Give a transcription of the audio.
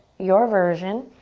your version.